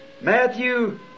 Matthew